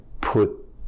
put